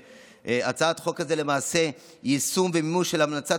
הצעת החוק הזאת היא למעשה יישום ומימוש של המלצת